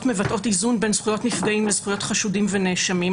מבטאות איזון בין זכויות נפגעים לזכויות חשודים ונאשמים,